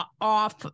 off